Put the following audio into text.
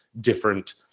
different